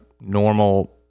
normal